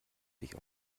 sich